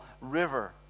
river